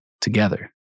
together